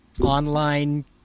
online